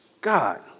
God